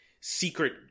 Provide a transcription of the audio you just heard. secret